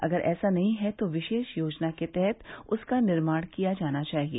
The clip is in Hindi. अगर ऐसा नहीं है तो विशेष योजना के तहत उसका निर्माण किया जाना चाहिए